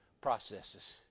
processes